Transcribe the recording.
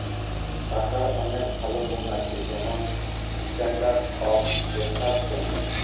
টাকার অনেক ভালো গুন্ আছে যেমন স্ট্যান্ডার্ড অফ ডেফার্ড পেমেন্ট